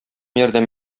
ярдәм